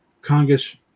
Congress